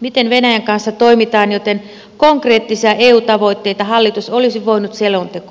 miten venäjän kanssa toimitaan joten konkreettisia eu tavoitteita hallitus olisi voinut selontekoon kirjata